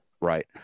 right